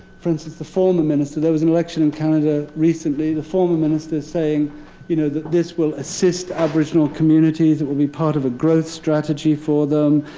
for instance, the former minister. there was an election in canada, recently. the former minister's saying you know that this will assist aboriginal communities. it will be part of a growth strategy for them.